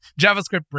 JavaScript